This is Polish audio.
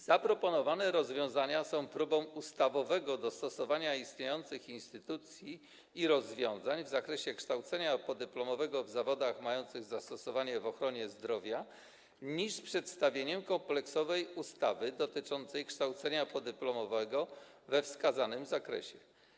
Zaproponowane rozwiązania są bardziej próbą ustawowego dostosowania istniejących instytucji i rozwiązań w zakresie kształcenia podyplomowego w zawodach mających zastosowanie w ochronie zdrowia niż przedstawieniem kompleksowej ustawy dotyczącej kształcenia podyplomowego we wskazanym zakresie.